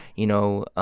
you know,